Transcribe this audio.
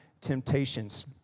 temptations